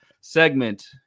segment